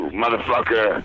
motherfucker